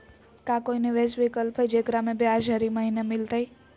का कोई निवेस विकल्प हई, जेकरा में ब्याज हरी महीने मिलतई?